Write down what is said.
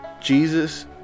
Jesus